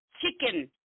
chicken